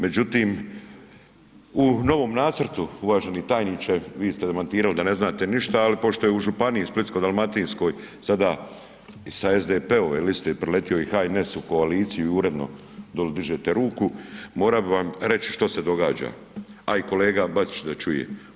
Međutim, u novom nacrtu uvaženi tajniče vi ste demantirali da ne znate ništa, ali pošto je u Županiji splitsko-dalmatinskoj sada sa SDP-ove liste preletio i HNS u koaliciju i uredno dolje dižete ruku, morao bi vam reći što se događa a i kolega Bačić da čuje.